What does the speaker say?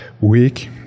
weak